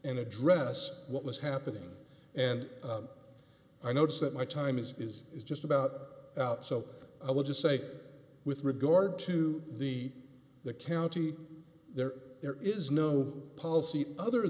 and address what was happening and i notice that my time is is is just about out so i would just say with regard to the the county there there is no policy other